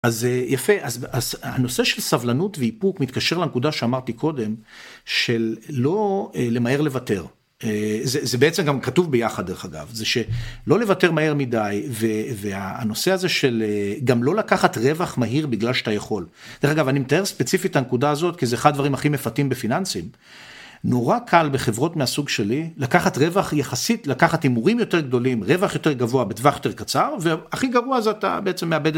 אז יפה אז הנושא של סבלנות ואיפוק מתקשר לנקודה שאמרתי קודם של לא למהר לוותר. זה בעצם גם כתוב ביחד דרך אגב. זה שלא לוותר מהר מידי. והנושא הזה של גם לא לקחת רווח מהיר בגלל שאתה יכול. אני מתאר ספציפית הנקודה הזאת כי זה אחד הדברים הכי מפתים בפיננסים. נורא קל בחברות מהסוג שלי לקחת רווח יחסית לקחת הימורים יותר גדולים רווח יותר גבוהה בטווח יותר קצר והכי גבוהה זה אתה בעצם מאבד את